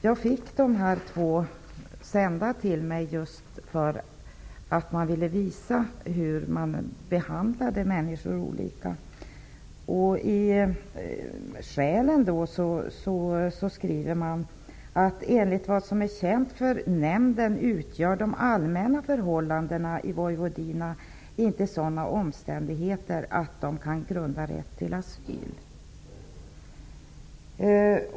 Jag fick besluten i dessa två ärenden sända till mig just för att man ville visa hur människor behandlas olika. I skälen för beslutet skriver man:''Enligt vad som är känt för nämnden utgör de allmänna förhållandena i Vojvodina inte sådana omständigheter att de kan grunda rätt till asyl.''